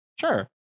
Sure